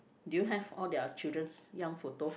do you have all their children's young photo